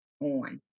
on